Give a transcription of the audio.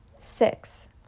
Six